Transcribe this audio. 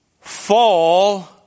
fall